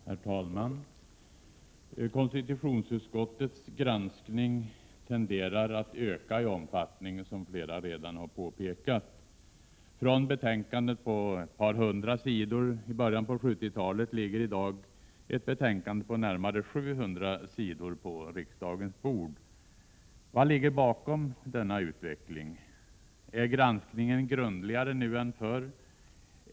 Herr talman! Konstitutionsutskottets granskning tenderar att öka i omfattning, vilket flera talare redan har påpekat. I början av 1970-talet omfattade betänkandena på ett par hundra sidor, men nu har utskottet lagt ett betänkande på närmare 700 sidor på riksdagens bord. Vad ligger bakom denna utveckling? Är granskningen grundligare nu än förr?